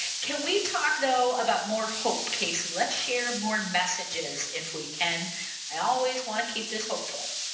can we talk though about more hope casey let's share more messages if we can i always want to keep this hopeful.